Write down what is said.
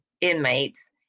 inmates